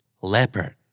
Leopard